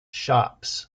shops